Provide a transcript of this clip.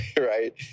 right